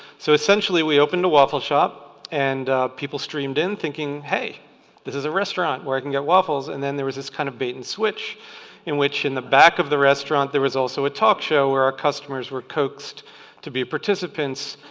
so essentially we opened a waffle shop and people streamed in thinking, hey this is a restaurant where i can get waffles. and then there was this kind of bait and switch in which, in the back of the restaurant, there was also a talk show where our customers were coaxed to be participants.